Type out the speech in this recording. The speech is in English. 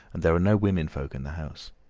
and there are no women folk in the house.